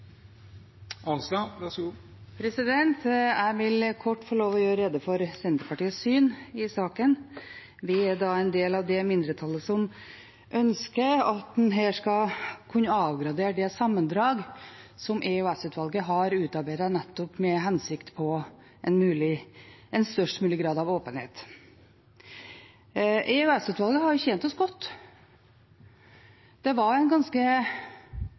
Jeg vil kort få lov til å gjøre rede for Senterpartiets syn i saken. Vi er en del av det mindretallet som ønsker at en her skal kunne avgradere det sammendraget EOS-utvalget har utarbeidet, og hensikten er nettopp en størst mulig grad av åpenhet. EOS-utvalget har tjent oss godt. Det var en ganske